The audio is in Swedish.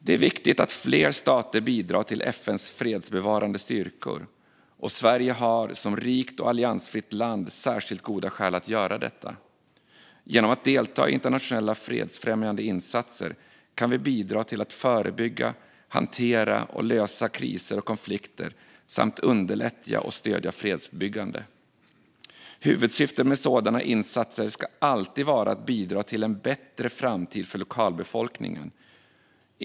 Det är viktigt att fler stater bidrar till FN:s fredsbevarande styrkor, och Sverige har som rikt och alliansfritt land särskilt goda skäl att göra detta. Genom att delta i internationella fredsfrämjande insatser kan vi bidra till att förebygga, hantera och lösa kriser och konflikter samt underlätta och stödja fredsbyggande. Huvudsyftet med sådana insatser ska alltid vara att bidra till en bättre framtid för lokalbefolkningen.